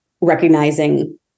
recognizing